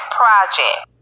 project